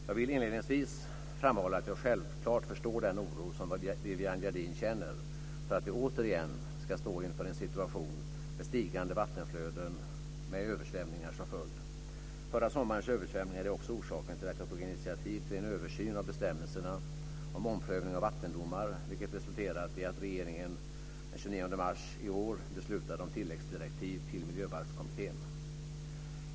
Jag vill inledningsvis framhålla att jag självklart förstår den oro som Viviann Gerdin känner för att vi återigen ska stå inför en situation med stigande vattenflöden med översvämningar som följd. Förra sommarens översvämningar är också orsaken till att jag tog initiativ till en översyn av bestämmelserna om omprövning av vattendomar, vilket resulterat i att regeringen den 29 mars i år beslutade om tilläggsdirektiv till Miljöbalkskommittén.